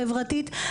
חברה.